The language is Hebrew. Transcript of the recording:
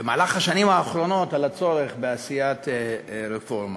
במהלך השנים האחרונות על הצורך בעשיית רפורמה.